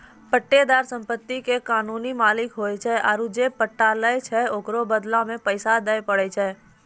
पट्टेदार सम्पति के कानूनी मालिक होय छै आरु जे पट्टा लै छै ओकरो बदला मे पैसा दिये पड़ै छै